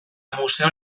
museo